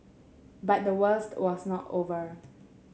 but the worst was not over